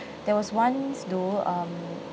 there was once though um